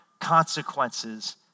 consequences